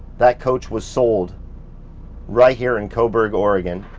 that coach was sold right here in coburg, oregon.